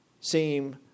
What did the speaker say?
seem